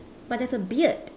but there's a beard